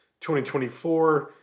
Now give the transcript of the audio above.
2024